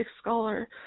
scholar